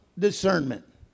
discernment